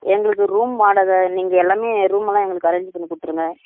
எங்களுக்கு ரூம் வாடகை நீங்கள் எல்லாமே ரூம் எல்லாம் எங்களுக்கு அரேஞ் பண்ணி கொடுத்துடுங்க